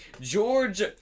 George